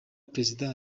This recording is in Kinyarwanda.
perezida